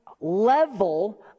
level